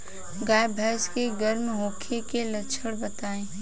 गाय भैंस के गर्म होखे के लक्षण बताई?